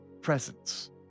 presence